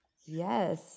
Yes